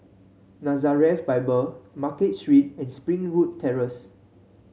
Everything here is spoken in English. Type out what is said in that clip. Nazareth Bible Market Street and Springwood Terrace